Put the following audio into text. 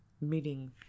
meeting